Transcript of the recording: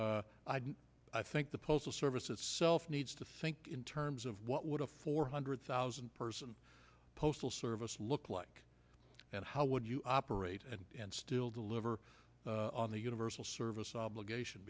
i think the postal service itself needs to think in terms of what would a four hundred thousand person postal service look like and how would you operate and still deliver on the universal service obligation